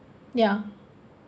ya